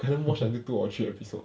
可能 watch until two or three episode